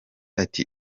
ati